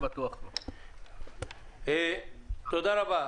תודה רבה.